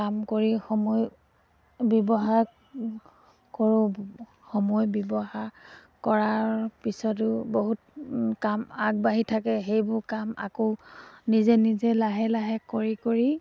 কাম কৰি সময় ব্যৱহাৰ কৰোঁ সময় ব্যৱহাৰ কৰাৰ পিছতো বহুত কাম আগবাঢ়ি থাকে সেইবোৰ কাম আকৌ নিজে নিজে লাহে লাহে কৰি কৰি